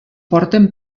porten